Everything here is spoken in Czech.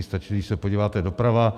Stačí, když se podíváte doprava.